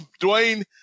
Dwayne